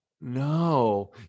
no